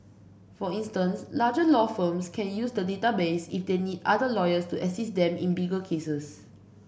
for instance larger law firms can use the database if they need other lawyers to assist them in bigger cases